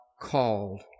called